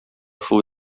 шул